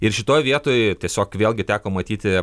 ir šitoj vietoj tiesiog vėlgi teko matyti